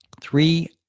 Three